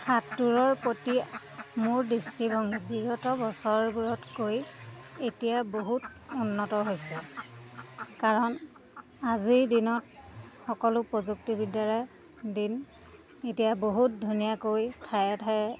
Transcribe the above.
সাঁতুৰৰ প্ৰতি মোৰ দৃষ্টিভংগী বিগত বছৰবোৰতকৈ এতিয়া বহুত উন্নত হৈছে কাৰণ আজিৰ দিনত সকলো প্ৰযুক্তিবিদ্যালয় দিন এতিয়া বহুত ধুনীয়াকৈ ঠায়ে ঠায়ে